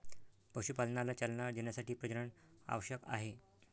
पशुपालनाला चालना देण्यासाठी प्रजनन आवश्यक आहे